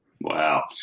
Wow